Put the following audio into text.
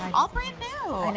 um all brand new.